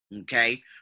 okay